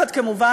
כמובן,